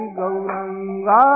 Gauranga